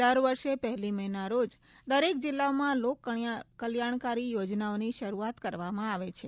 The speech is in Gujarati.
દર વર્ષે પહેલી મે ના રોજ દરેક જિલ્લામાં લોક કલ્યાણકારી યોજનાઓની શરૂઆત કરવામાં આવે છે